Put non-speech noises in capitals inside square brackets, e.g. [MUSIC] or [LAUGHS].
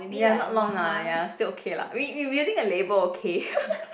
ya not long lah ya still okay lah we we willing a labor okay [LAUGHS]